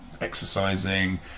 exercising